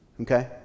okay